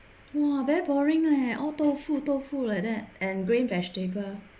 !wah! very boring leh all tofu tofu like that and grain vegetable